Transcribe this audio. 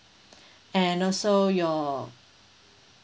and also your